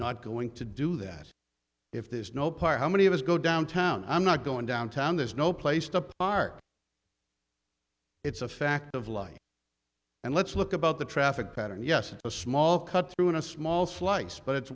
not going to do that if there's no park how many of us go downtown i'm not going downtown there's no place to park it's a fact of life and let's look about the traffic pattern yes it's a small cut through a small slice but it's